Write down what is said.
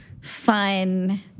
fun